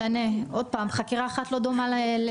עוד פעם, חקירה אחת לא דומה לאחרת.